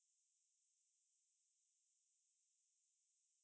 then பாதிலே:paathile like கிளம்பிட்டு:kilambittu